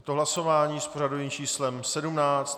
Je to hlasování s pořadovým číslem 17.